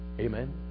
Amen